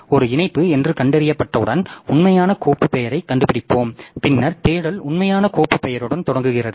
ஒரு இணைப்பு என்று கண்டறியப்பட்டவுடன் உண்மையான கோப்பு பெயரைக் கண்டுபிடிப்போம் பின்னர் தேடல் உண்மையான கோப்பு பெயருடன் தொடங்குகிறது